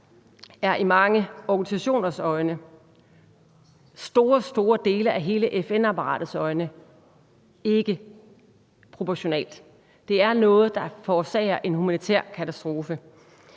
er i mange organisationers øjne og i store, store dele af hele FN-apparatets øjne ikke proportionalt. Det er noget, der forårsager en humanitær katastrofe.